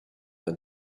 when